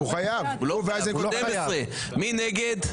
מי נגד?